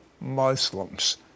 Muslims